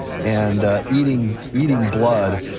and eating eating blood,